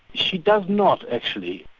she does not, actually.